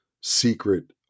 secret